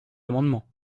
amendement